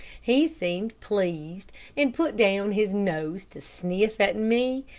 he seemed pleased and put down his nose to sniff at me,